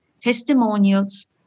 testimonials